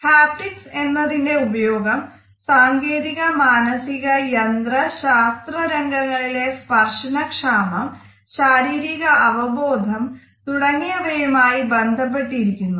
haptics എന്നതിന്റെ ഉപയോഗം സാങ്കേതിക മാനസിക യന്ത്ര ശാസ്ത്ര രംഗങ്ങളിലെ സ്പർശന ക്ഷാമം ശാരീരിക അവബോധം തുടങ്ങിയവയുമായി ബന്ധപ്പെട്ട് ഇരിക്കുന്നു